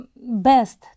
best